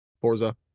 Forza